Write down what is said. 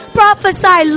prophesy